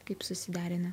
kaip susiderina